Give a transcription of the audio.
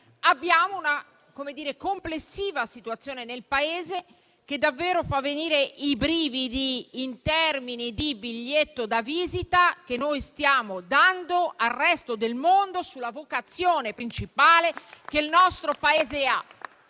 abbiamo una situazione complessiva che fa davvero venire i brividi in termini di biglietto da visita che stiamo dando al resto del mondo sulla vocazione principale del nostro Paese.